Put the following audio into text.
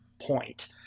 point